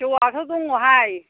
जौआथ' दङहाय